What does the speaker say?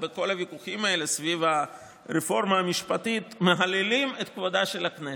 ובכל הוויכוחים האלה סביב הרפורמה המשפטית מהללים את כבודה של הכנסת,